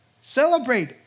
Celebrate